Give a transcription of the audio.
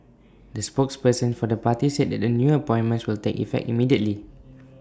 the spokesperson for the party said that the new appointments will take effect immediately